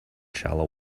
shallow